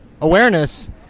awareness